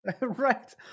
Right